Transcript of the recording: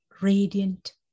radiant